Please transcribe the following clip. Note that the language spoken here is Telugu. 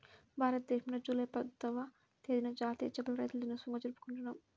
భారతదేశంలో జూలై పదవ తేదీన జాతీయ చేపల రైతుల దినోత్సవంగా జరుపుకుంటున్నాం